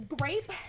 Grape